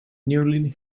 nearly